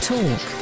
Talk